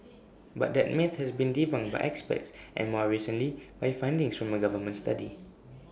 but that myth has been debunked by experts and more recently by findings from A government study